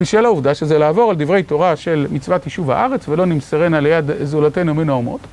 בשל העובדה שזה לעבור על דברי תורה של מצוות יישוב הארץ ולא נמסרנה ליד זולתנו מן האומות.